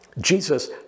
Jesus